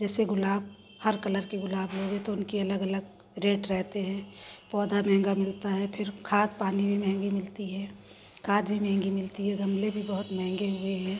जैसे गुलाब हर कलर के गुलाब लोगे तो उनके अलग अलग रेट रहते हैं पौधा महँगा मिलता है फिर खाद पानी भी महँगी मिलती है खाद भी महँगी मिलती है गमले भी बहुत महँगे हुए हैं और